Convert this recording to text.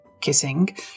kissing